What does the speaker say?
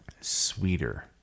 sweeter